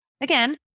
again